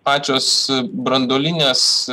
pačios branduolinės